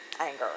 anger